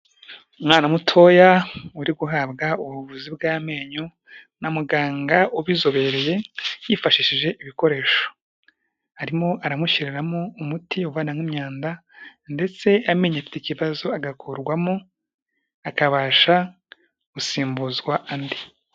Umwana mutoya uri guhabwa ubuvuzi bw'amenyo na muganga ubizobereye yifashishije ibikoresho. Arimo aramushyiriramo umuti uvanamo imyanda ndetse amenyo afite ikibazo agakurwamo akabasha gusimbuzwa andi.